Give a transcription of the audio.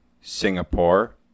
Singapore